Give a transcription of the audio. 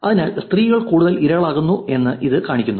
അതിനാൽ സ്ത്രീകൾ കൂടുതൽ ഇരകളാകുന്നു എന്ന് ഇത് കാണിക്കുന്നു